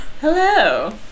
Hello